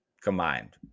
Combined